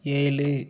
ஏழு